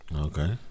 Okay